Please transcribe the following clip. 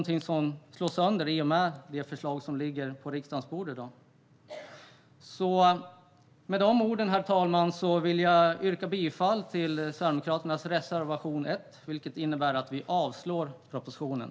Detta skulle slås sönder i och med det förslag som ligger på riksdagens bord i dag. Herr talman! Med dessa ord vill jag yrka bifall till Sverigedemokraternas reservation 1, vilket innebär att vi yrkar avslag på förslaget i propositionen.